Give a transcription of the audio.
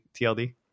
TLD